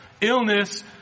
illness